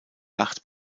yacht